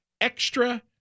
extra